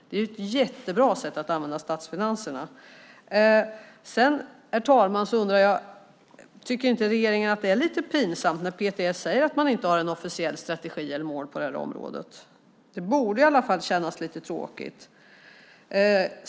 Det är ett jättebra användningssätt när det gäller statsfinanserna. Tycker inte regeringen att det är lite pinsamt när PTS säger att man inte har en officiell strategi eller mål på området? Det borde i alla fall kännas lite tråkigt.